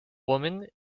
woman